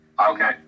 Okay